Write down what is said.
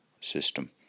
system